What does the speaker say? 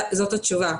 זאת התשובה,